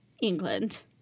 England